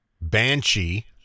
Banshee